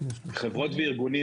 חברות וארגונים,